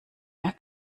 mehr